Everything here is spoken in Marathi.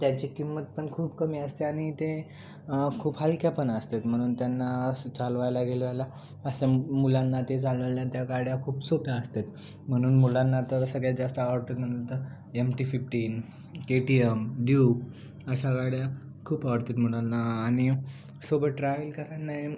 त्याची किंमत पण खूप कमी असते आहे आणि ते खूप हलक्या पण असत आहेत म्हणून त्यांना असं चालवायला गेलायला असं म् मुलांना ते चालवायला त्या गाड्या खूप सोप्या असत आहेत म्हणून मुलांना तर सगळ्यात जास्त आवडत आहेत म्हणून तर M T fifteen K T M Duke अशा गाड्या खूप आवडत आहेत मुलांना आणि सोबत ट्रॅवलकरांनाही